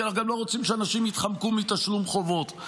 כי אנחנו גם לא רוצים שאנשים יתחמקו מתשלום חובות.